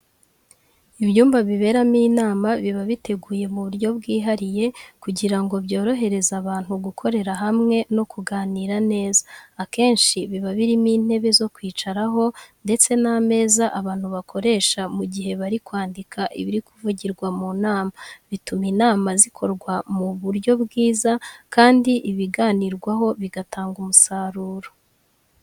Ibyumba biberamo inama biba biteguye mu buryo bwihariye, kugira ngo byorohereze abantu gukorera hamwe no kuganira neza. Akenshi biba birimo intebe zo kwicaraho ndetse n'ameza abantu bakoresha mu gihe bari kwandika ibiri kuvugirwa mu nama, bituma inama zikorwa mu buryo bwiza, kandi ibiganirwaho bigatanga umusaruro.